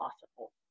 possible